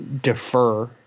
defer